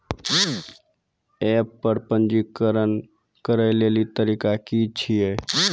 App पर पंजीकरण करै लेली तरीका की छियै?